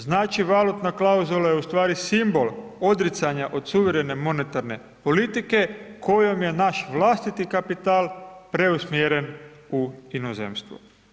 Znači valutna klauzula je ustvari simbol odricanja od suvremene monetarne politike, kojom je naš vlastiti kapital preusmjeren u inozemstvo.